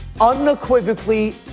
Unequivocally